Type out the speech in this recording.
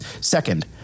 Second